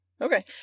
Okay